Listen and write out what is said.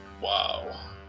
Wow